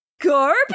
Garbage